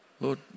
Lord